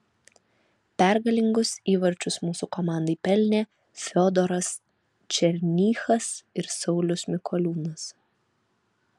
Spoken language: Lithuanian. pergalingus įvarčius mūsų komandai pelnė fiodoras černychas ir saulius mikoliūnas